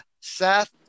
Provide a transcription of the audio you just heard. Seth